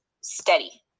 steady